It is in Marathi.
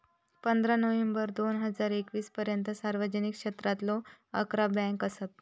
पंधरा नोव्हेंबर दोन हजार एकवीस पर्यंता सार्वजनिक क्षेत्रातलो अकरा बँका असत